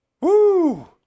woo